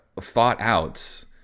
Thought-out